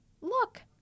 look